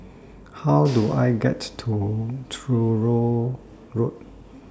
How Do I get to Truro Road